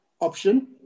option